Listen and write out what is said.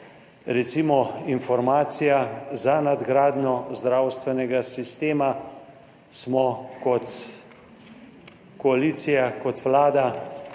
Recimo informacija, za nadgradnjo zdravstvenega sistema smo kot koalicija, kot vlada